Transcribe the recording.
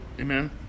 Amen